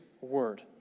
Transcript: word